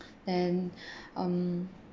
then um